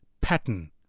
pattern